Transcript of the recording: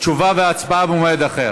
תשובה והצבעה במועד אחר.